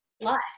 life